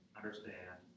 understand